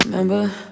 Remember